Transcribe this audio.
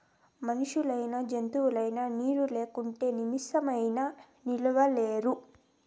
మనుషులైనా జంతువులైనా నీరు లేకుంటే నిమిసమైనా నిలువలేరు